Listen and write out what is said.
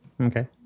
Okay